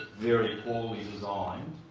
very poorly designed